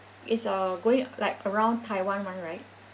it's a going like around taiwan [one] right